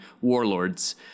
warlords